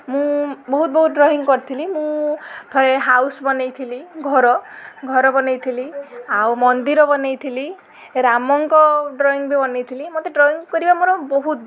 ମୁଁ ବହୁତ ବହୁତ ଡ୍ରଇଂ କରିଥିଲି ମୁଁ ଥରେ ହାଉସ ବନାଇଥିଲି ଘର ଘର ବନାଇଥିଲି ଆଉ ମନ୍ଦିର ବନାଇଥିଲି ରାମଙ୍କ ଡ୍ରଇଂ ବି ବନାଇଥିଲି ମତେ ଡ୍ରଇଂ କରିବା ମୋର ବହୁତ